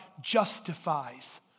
justifies